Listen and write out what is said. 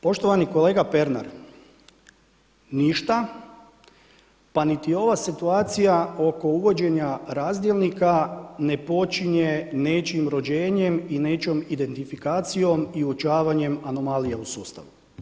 Poštovani kolega Pernar, ništa pa ni ova situacija oko uvođenja razdjelnika ne počinje nečijim rođenjem i nečijom identifikacijom i uočavanjem anomalija u sustavu.